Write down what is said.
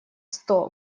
сто